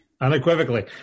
unequivocally